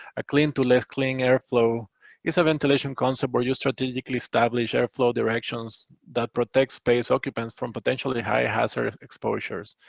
a clean to less clean airflow is a ventilation concept where you strategically establish airflow directions that protect space occupants from potentially high hazard exposures.